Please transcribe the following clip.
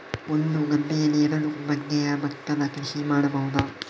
ಒಂದು ಗದ್ದೆಯಲ್ಲಿ ಎರಡು ಬಗೆಯ ಭತ್ತದ ಕೃಷಿ ಮಾಡಬಹುದಾ?